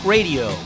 Radio